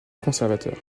conservateur